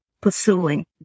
pursuing